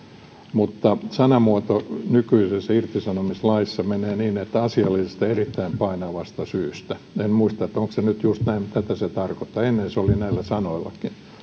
sanamuoto nykyisessä irtisanomislaissa menee niin että asiallisesta ja erittäin painavasta syystä en muista onko se nyt just näin mutta tätä se tarkoittaa ennen se oli näillä sanoillakin tästä